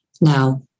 Now